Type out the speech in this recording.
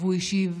והוא השיב: